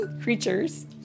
creatures